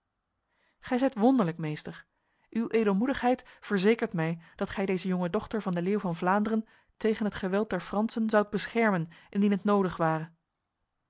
gij zijt wonderlijk meester uw edelmoedigheid verzekert mij dat gij deze jonge dochter van de leeuw van vlaanderen tegen het geweld der fransen zoudt beschermen indien het nodig ware